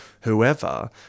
whoever